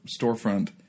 storefront